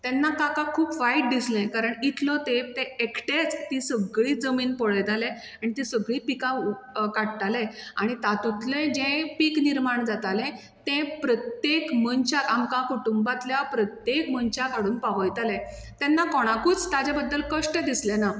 तेन्ना काकाक खूब वायट दिसलें कारण इतलो तेंप ते एकटेच ती सगळी जमीन पळयताले आन तीं सगळीं पिकां उ काडटाले आनी तातुतलें जें पीक निर्माण जातालें तें प्रत्येक मनशाक आमकां कुटुंबातल्या प्रत्येक मनशाक हाडून पावयताले तेन्ना कोणाकूच ताजे बद्दल कश्ट दिसलें ना